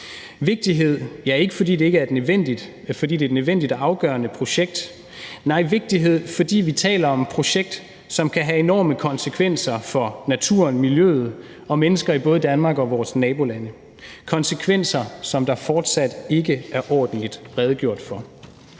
vigtighed, fordi det ikke er et nødvendigt og afgørende projekt, nej, vigtighed, fordi vi taler om et projekt, som kan have enorme konsekvenser for naturen, miljøet og mennesker i både Danmark og i vores nabolande – konsekvenser, som der fortsat ikke er ordentligt redegjort for.